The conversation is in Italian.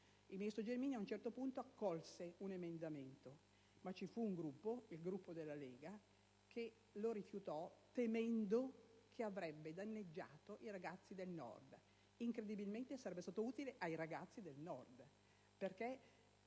Il ministro Gelmini, ad un certo punto, accolse un emendamento, ma il Gruppo della Lega lo rifiutò, temendo che avrebbe danneggiato i ragazzi del Nord. Incredibilmente, sarebbe stato utile ai ragazzi del Nord,